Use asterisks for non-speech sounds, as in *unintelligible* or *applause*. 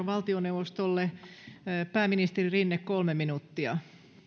*unintelligible* valtioneuvostolle pääministeri rinne kolme minuuttia